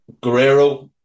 Guerrero